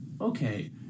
okay